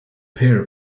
pair